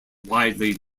widely